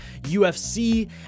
UFC